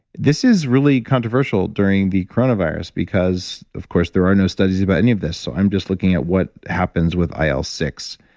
this is really controversial during the coronavirus, because, of course, there are no studies about any of this so i'm just looking at what happens with il ah six,